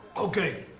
ok.